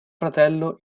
fratello